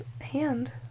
hand